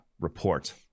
report